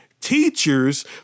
teachers